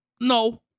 No